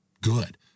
good